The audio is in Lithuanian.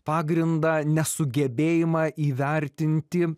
pagrindą nesugebėjimą įvertinti